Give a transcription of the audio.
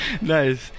Nice